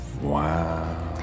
Wow